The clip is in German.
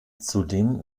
zudem